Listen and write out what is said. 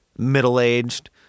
middle-aged